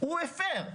הוא הפר,